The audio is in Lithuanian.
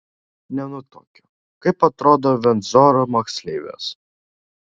nenutuokiu kaip atrodo vindzoro moksleivės